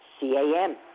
C-A-M